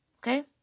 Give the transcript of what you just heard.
Okay